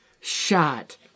shot